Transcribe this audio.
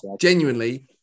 genuinely